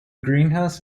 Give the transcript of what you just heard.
greenhouse